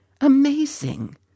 Amazing